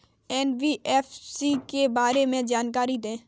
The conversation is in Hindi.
एन.बी.एफ.सी के बारे में जानकारी दें?